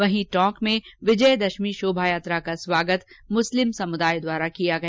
वहीं टोंक में विजयादशमी शोभायात्रा का स्वागत मुस्लिम समुदाय द्वारा किया गया